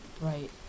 Right